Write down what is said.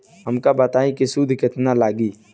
हमका बताई कि सूद केतना लागी?